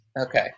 okay